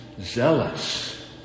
zealous